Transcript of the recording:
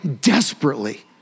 desperately